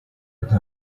nti